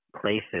places